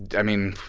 i mean,